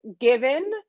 given